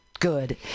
good